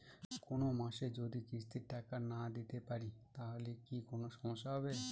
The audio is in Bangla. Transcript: কোনমাসে যদি কিস্তির টাকা না দিতে পারি তাহলে কি কোন সমস্যা হবে?